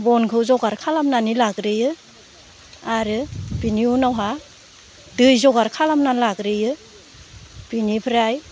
बनखौ जगार खालामनानै लाग्रोयो आरो बेनि उनावहा दै जगार खालामनानै लाग्रोयो बेनिफ्राय